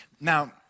Now